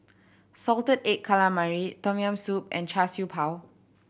salted egg calamari Tom Yam Soup and Char Siew Bao